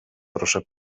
proszę